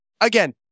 Again